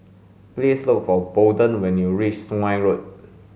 please look for Bolden when you reach Sungei Road